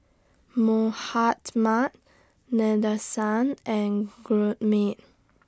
Mahatma Nadesan and Gurmeet